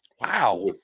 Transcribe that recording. Wow